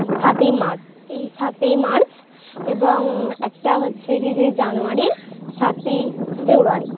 সাতই মার্চ এই সাতই মার্চ এবং একটা হচ্ছে কি যে জানুয়ারির সাতই ফেব্রুয়ারি